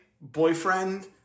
boyfriend